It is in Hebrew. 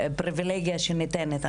פריבילגיה שניתנת.